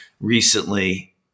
recently